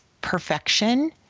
perfection